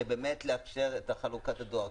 שבאמת לאפשר את חלוקת הדואר,